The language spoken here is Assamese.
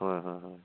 হয় হয় হয়